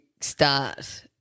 start